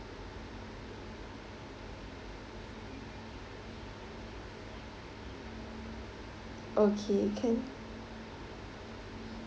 okay can